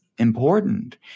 important